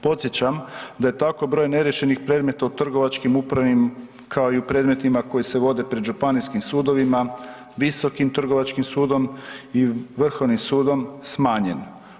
Podsjećam da je tako broj neriješenih predmeta u trgovačkim, upravnim kao i u predmetima koji se vode pred Županijskim sudovima, Visokim trgovačkim sudom i Vrhovnim sudom smanjen.